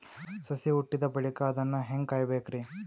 ಸಸಿ ಹುಟ್ಟಿದ ಬಳಿಕ ಅದನ್ನು ಹೇಂಗ ಕಾಯಬೇಕಿರಿ?